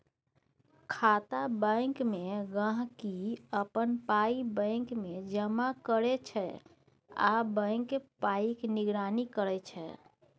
खाता बैंकमे गांहिकी अपन पाइ बैंकमे जमा करै छै आ बैंक पाइक निगरानी करै छै